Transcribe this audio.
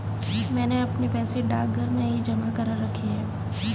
मैंने अपने पैसे डाकघर में ही जमा करा रखे हैं